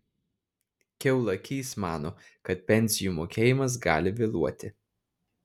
kiaulakys mano kad pensijų mokėjimas gali vėluoti